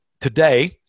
today